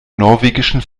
norwegischen